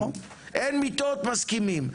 אין מיטות מסכימים,